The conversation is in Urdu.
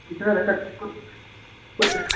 اتنا کچھ کچھ